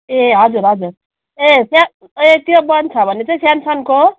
ए हजुर हजुर ए त्यहाँ ए त्यो बन्छ भने चाहिँ स्याम्सङको